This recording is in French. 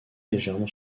légèrement